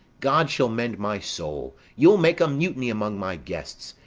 god shall mend my soul! you'll make a mutiny among my guests!